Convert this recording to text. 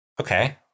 Okay